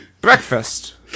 Breakfast